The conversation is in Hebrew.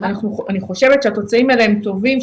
אני חושבת שהתוצאים האלה הם טובים,